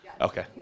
Okay